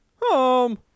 Home